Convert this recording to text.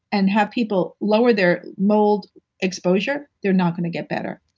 and have people lower their mold exposure, they're not gonna get better.